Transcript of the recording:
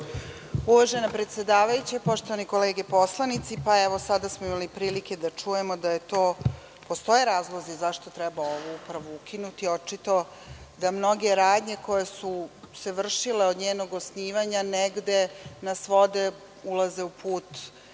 Uvažena predsedavajuća, poštovane kolege poslanici, evo sada smo imali prilike da čujemo da postoje razlozi zašto treba ovu upravu ukinuti. Očito da mnoge radnje koje su se vršile od njenog osnivanja negde nas vode, ulaze u put